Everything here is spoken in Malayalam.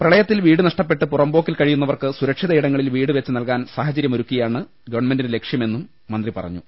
പ്രളയത്തിൽ വീട് നഷ്ടപെട്ട് പുറമ്പോക്കിൽ കഴിയുന്നവർക്ക് സുരക്ഷിതയിടങ്ങളിൽ വീട് വെച്ച് നൽകാൻ സാഹചര്യമൊരുക്കുകയാണ് ഗവണ്മെന്റിന്റെ ലക്ഷ്യമെന്നും മന്ത്രി പറഞ്ഞു